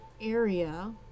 area